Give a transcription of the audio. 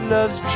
Loves